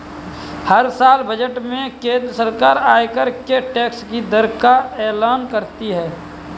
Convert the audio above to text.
हर साल बजट में केंद्र सरकार आयकर के टैक्स की दर का एलान करती है